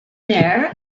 there